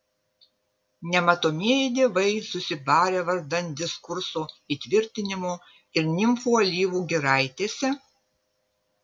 nematomieji dievai susibarę vardan diskurso įtvirtinimo ir nimfų alyvų giraitėse